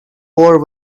more